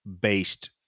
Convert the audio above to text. based